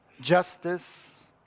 justice